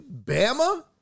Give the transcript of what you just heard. Bama